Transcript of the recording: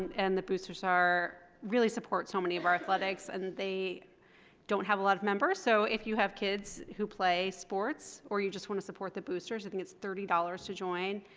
and the boosters are, really support so many of our athletics, and they don't have a lot of members. so if you have kids who play sports, or you just want to support the boosters, i think it's thirty dollars to join,